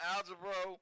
Algebra